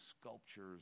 sculptures